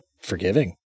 forgiving